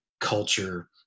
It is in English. culture